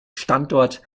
standort